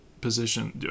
position